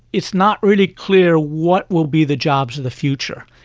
it's not really clear what will be the jobs of the future.